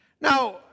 Now